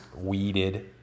weeded